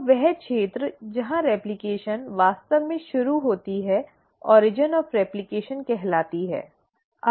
तो वह क्षेत्र जहाँ रेप्लकेशन वास्तव में शुरू होती है origin of replication कहलाती है